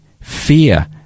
fear